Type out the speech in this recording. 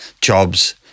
jobs